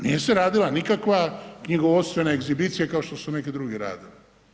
Nije se radila nikakva knjigovodstvena ekshibicija kao što su neki drugi radili.